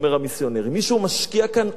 מישהו משקיע כאן הון עתק